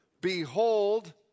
Behold